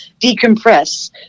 decompress